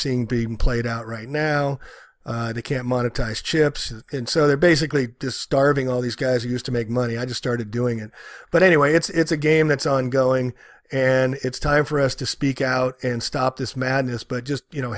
seeing being played out right now they can't monetize chips and so they're basically starving all these guys who used to make money i just started doing it but anyway it's a game that's ongoing and it's time for us to speak out and stop this madness but just you know